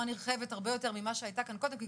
נרחבת הרבה יותר ממה שהיה כאן קודם,